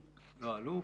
שלום.